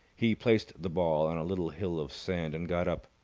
he placed the ball on a little hill of sand, and got up.